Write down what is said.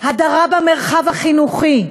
הדרה במרחב החינוכי,